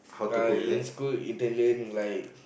uh in school Italian like